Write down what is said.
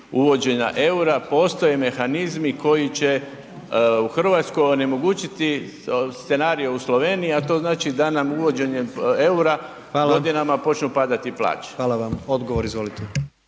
uvođenja eura postoje mehanizmi koji će u Hrvatskoj onemogućiti scenarije u Sloveniji a to znači da nam uvođenjem eura godinama počnu padati plaće. **Jandroković,